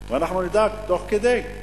ואנחנו נדאג תוך כדי.